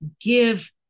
give